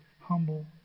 humble